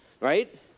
Right